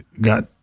got